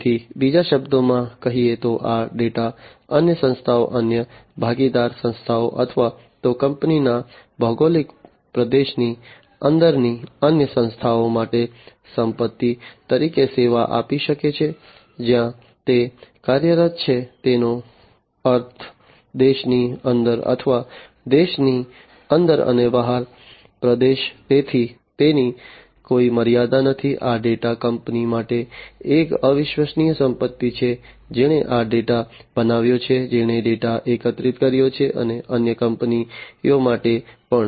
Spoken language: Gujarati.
તેથી બીજા શબ્દોમાં કહીએ તો આ ડેટા અન્ય સંસ્થાઓ અન્ય ભાગીદાર સંસ્થાઓ અથવા તો કંપનીના ભૌગોલિક પ્રદેશની અંદરની અન્ય સંસ્થાઓ માટે સંપત્તિ તરીકે સેવા આપી શકે છે જ્યાં તે કાર્યરત છે તેનો અર્થ દેશની અંદર અથવા પ્રદેશની અંદર અને બહાર પ્રદેશ તેથી તેની કોઈ મર્યાદા નથી આ ડેટા કંપની માટે એક અવિશ્વસનીય સંપત્તિ છે જેણે આ ડેટા બનાવ્યો છે જેણે ડેટા એકત્રિત કર્યો છે અને અન્ય કંપનીઓ માટે પણ